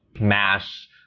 mash